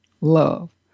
love